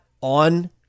on